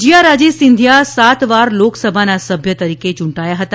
વિજયારાજે સિંધિયા સાત વાર લોકસભાના સભ્ય તરીકે યુંટાયા હતા